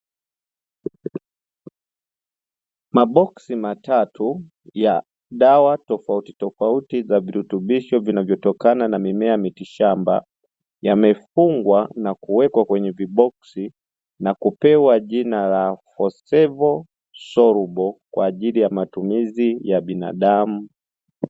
Maboksi matatu ya dawa tofauti tofauti yenye virutubisho vinavyotokana na mimea ya miti shamba, yamefungwa na kuwekwa kwenye viboksi na kupewa jina la "vistevu Stowo" kwa ajili ya matumizi ya binadamu.